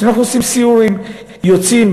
כשאנחנו עושים סיורים, יוצאים